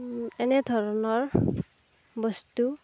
এনেধৰণৰ বস্তু